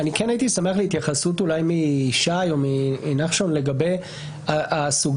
אני כן הייתי שמח להתייחסות של ישי או של נחשון לגבי הסוגייה